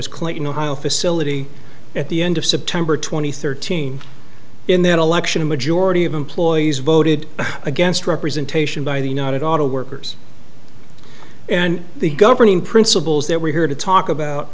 s clayton ohio facility at the end of september two thousand and thirteen in that election a majority of employees voted against representation by the united auto workers and the governing principles that we're here to talk about